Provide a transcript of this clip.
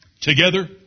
Together